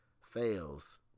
fails